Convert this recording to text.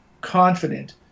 confident